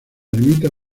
ermita